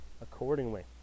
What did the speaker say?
accordingly